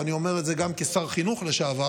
ואני אומר את זה גם כשר חינוך לשעבר,